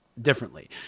differently